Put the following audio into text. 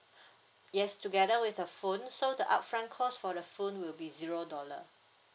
yes together with the phone so the upfront cost for the phone will be zero dollar